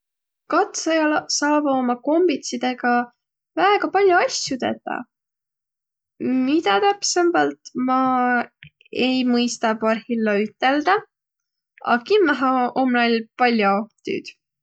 Katsajalaq saavaq ummi kombitisidõga väega pall'o asjo tetäq. Midä täpsembält, ma ei mõistaq parhilla üteldäq, a kimmähe om näil pall'o tüüd.